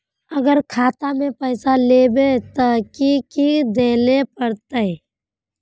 अगर खाता में पैसा लेबे ते की की देल पड़ते?